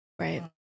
Right